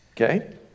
Okay